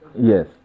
Yes